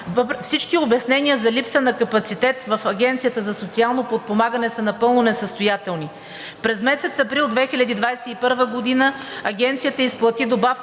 Всички обяснения за липса на капацитет в Агенцията за социално подпомагане са напълно несъстоятелни. През месец април 2021 г. Агенцията изплати добавка